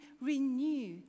renew